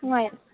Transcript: മൂവായിരം